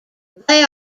they